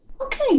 Okay